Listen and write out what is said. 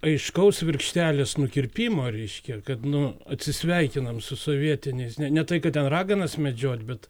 aiškaus virkštelės nukirpimo reiškia kad nu atsisveikinam su sovietiniais ne ne tai kad ten raganas medžiot bet